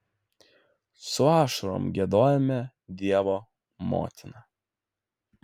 su ašarom giedojome dievo motiną